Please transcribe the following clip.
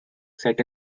set